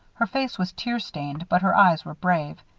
her face was tear-stained, but her eyes were brave.